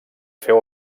féu